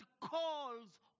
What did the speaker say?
calls